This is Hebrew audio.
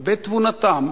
בתבונתם,